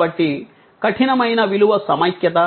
కాబట్టి కఠినమైన విలువ సమైక్యత